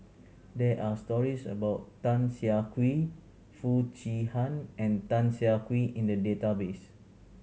there are stories about Tan Siah Kwee Foo Chee Han and Tan Siah Kwee in the database